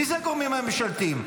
מי אלה הגורמים הממשלתיים?